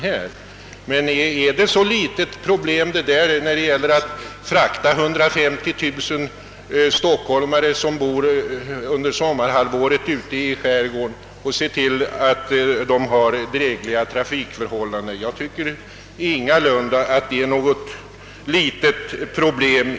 Men är det ett så litet problem när det gäller att frakta 150 000 stockholmare som under sommarhalvåret bor ute i skärgården och se till att de har drägliga trafikförhållanden? Jag tycker ingalunda att det är ett litet problem.